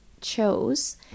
chose